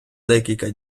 декілька